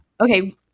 okay